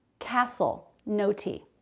castle. no t.